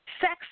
sex